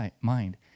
mind